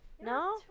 No